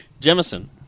Jemison